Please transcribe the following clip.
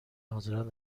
حاضران